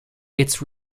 its